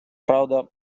правда